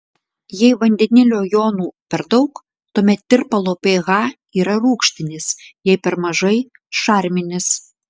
jei vandenilio jonų per daug tuomet tirpalo ph yra rūgštinis jei per mažai šarminis